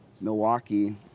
Milwaukee